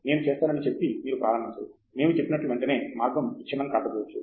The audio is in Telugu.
నేను చేస్తానని చెప్పి మీరు ప్రారంభించరు మేము చెప్పినట్లు వెంటనే మార్గం విచ్ఛిన్నం కాకపోవచ్చు